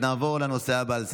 נעבור לנושא הבא על סדר-היום,